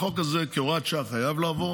החוק הזה כהוראת שעה חייב לעבור.